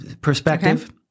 perspective